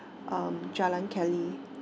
uh jalan keli